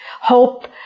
Hope